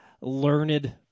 Learned